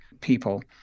people